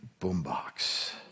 boombox